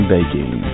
Baking